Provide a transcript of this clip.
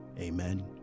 amen